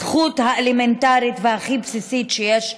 את הזכות האלמנטרית והכי בסיסית שיש: